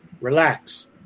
Relax